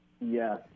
Yes